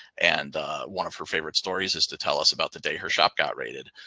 and one of her favorite stories is to tell us about the day her shop got raided.